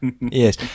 Yes